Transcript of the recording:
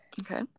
okay